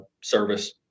service